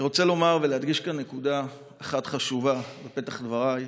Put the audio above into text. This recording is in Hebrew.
אני רוצה להדגיש נקודה חשובה בפתח דבריי: